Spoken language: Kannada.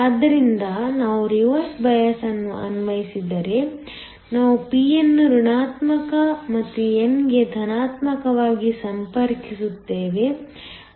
ಆದ್ದರಿಂದ ನಾವು ರಿವರ್ಸ್ ಬಯಾಸ್ ಅನ್ನು ಅನ್ವಯಿಸಿದರೆ ನಾವು p ಅನ್ನು ಋಣಾತ್ಮಕ ಮತ್ತು n ಗೆ ಧನಾತ್ಮಕವಾಗಿ ಸಂಪರ್ಕಿಸುತ್ತೇವೆ